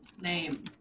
name